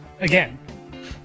again